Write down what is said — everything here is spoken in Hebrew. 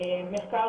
מחקר